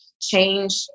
Change